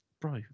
Bro